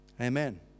amen